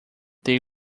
they